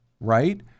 right